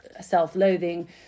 self-loathing